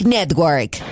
Network